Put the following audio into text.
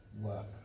work